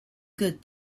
good